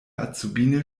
azubine